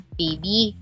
baby